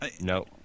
No